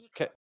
Okay